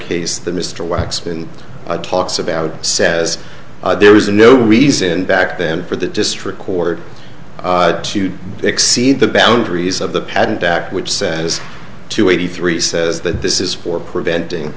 case that mr waxman talks about says there is no reason back then for that just record to exceed the boundaries of the patent act which says to eighty three says that this is for preventing